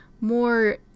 more